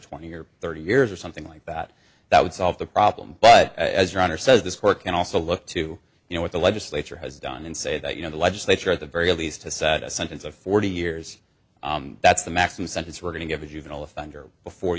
twenty or thirty years or something like that that would solve the problem but as roger says this court can also look to you know what the legislature has done and say that you know the legislature at the very least to set a sentence of forty years that's the maximum sentence we're going to give a juvenile